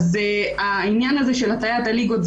אז העניין הזה של הטיית הליגות,